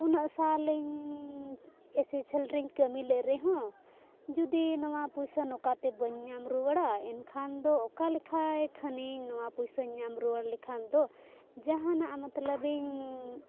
ᱩᱱᱟᱹᱜ ᱥᱟᱞᱤᱧ ᱮᱥᱮᱥᱮᱞ ᱨᱤᱧ ᱠᱟᱹᱢᱤ ᱞᱮᱫ ᱨᱮᱦᱚᱸ ᱡᱩᱫᱤ ᱱᱚᱣᱟ ᱯᱚᱭᱥᱟ ᱱᱚᱠᱟᱛᱮ ᱵᱟᱹᱧ ᱧᱟᱢ ᱨᱩᱣᱟᱹᱲᱟ ᱮᱱᱠᱷᱟᱱ ᱫᱚ ᱚᱠᱟ ᱞᱮᱠᱟᱭ ᱠᱷᱟᱱᱤᱧ ᱱᱚᱣᱟ ᱯᱚᱭᱥᱟᱧ ᱧᱟᱢ ᱨᱩᱣᱟᱹᱲ ᱞᱮᱠᱷᱟᱱ ᱫᱚ ᱡᱟᱦᱟᱱᱟᱜ ᱢᱚᱛᱞᱚᱵᱤᱧ